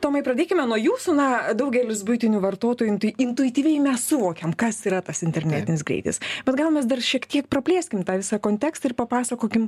tomai pradėkime nuo jūsų na daugelis buitinių vartotojų tai intuityviai mes suvokiam kas yra tas internetinis greitis bet gal mes dar šiek tiek praplėskim tą visą kontekstą ir papasakokim